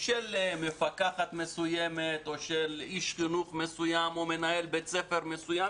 של מפקחת מסוימת או של איש חינוך מסוים או מנהל בית ספר מסוים,